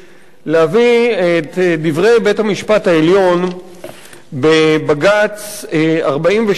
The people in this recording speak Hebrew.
להביא את דברי בית-המשפט העליון בבג"ץ 4702/94,